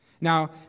Now